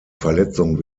verletzung